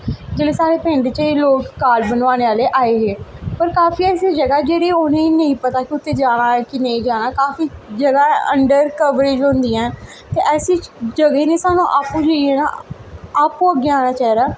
जिसलै साढ़े पिंड च एह् लोग कार्ड बनोआने आह्ले आए हे पर काफी ऐसी ज'गा जेह्ड़ी उ'नें नेईं पता कि उत्थै जाना जां नेईं जाना काफी ज'गा अंडर कवरेज होंदियां ऐं ते ऐसी ज'गें च सानू आपूं जाइयै अप्पू अग्गें आना चाहिदा